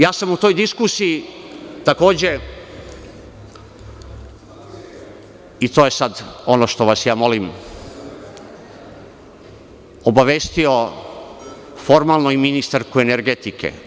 Ja sam u toj diskusiji, takođe, i to je sad ono što vas ja molim, obavestio formalno i ministarku energetike.